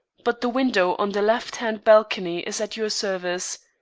but the window on the left-hand balcony is at your service.